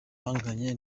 ahanganye